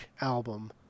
album